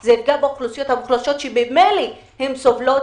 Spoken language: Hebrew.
זה הבדל באוכלוסיות המוחלשות שממילא סובלות